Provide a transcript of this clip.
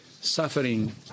suffering